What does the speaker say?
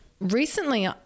Recently